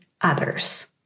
others